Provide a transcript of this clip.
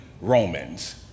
Romans